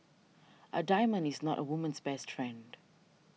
a diamond is not a woman's best friend